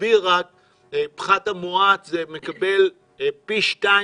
הפחת המואץ מקבל פי שתיים.